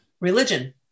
religion